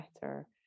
better